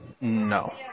No